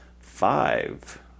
five